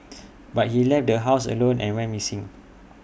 but he left the house alone and went missing